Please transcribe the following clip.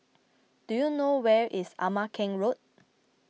do you know where is Ama Keng Road